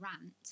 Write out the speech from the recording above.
rant